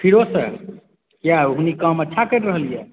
फिरो सँ किया ओ नीक काम अच्छा करि रहल यऽ